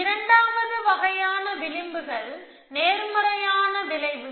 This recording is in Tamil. இரண்டாவது வகையான விளிம்புகள் நேர்மறையான விளைவுகள்